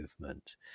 movement